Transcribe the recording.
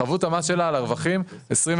חבות המס שלה על הרווחים היא כ-25%.